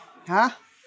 !huh!